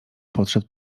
podszedł